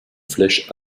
flèche